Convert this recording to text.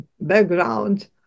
background